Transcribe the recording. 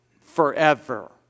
forever